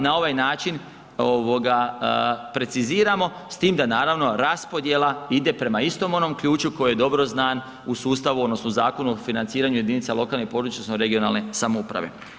Na ovaj način preciziramo, s tim da naravno raspodjela ide prema istom onom ključu koji je dobro znan u sustavu, odnosno Zakonu o financiranju jedinica lokalne i područne (regionalne) samouprave.